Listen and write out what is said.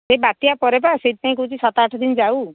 ଏଇ ବାତ୍ୟା ପରେ ବା ସେଥିପାଇଁ କହୁଛି ସାତ ଆଠ ଦିନ ଯାଉ